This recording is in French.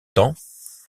temps